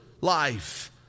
life